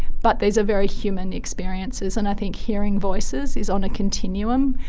but these are very human experiences, and i think hearing voices is on a continuum,